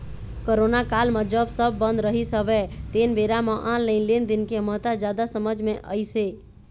corona काल म जब सब बंद रहिस हवय तेन बेरा म ऑनलाइन लेनदेन के महत्ता जादा समझ मे अइस हे